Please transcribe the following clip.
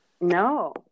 No